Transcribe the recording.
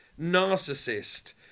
narcissist